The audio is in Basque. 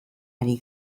ari